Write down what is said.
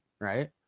Right